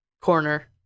corner